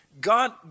God